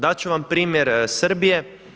Dat ću vam primjer Srbije.